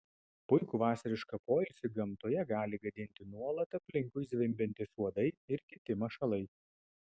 puikų vasarišką poilsį gamtoje gali gadinti nuolat aplinkui zvimbiantys uodai ir kiti mašalai